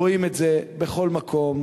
רואים את זה בכל מקום.